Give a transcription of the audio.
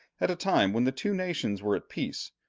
at a time when the two nations were at peace,